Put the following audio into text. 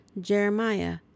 Jeremiah